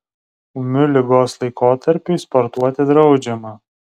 ūmiu ligos laikotarpiui sportuoti draudžiama